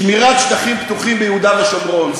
שמירת שטחים פתוחים ביהודה ושומרון,